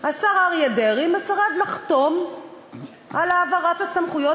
השר אריה דרעי מסרב לחתום על העברת הסמכויות